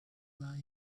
lie